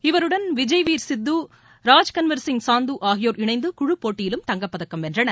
இவருடன் விஜய்வீர் சித்து ராஜ்கன்வர் சிங் சாந்து ஆகியோர் இணைந்து குழுப் போட்டியிலும் தங்கப்பதக்கம் வென்றனர்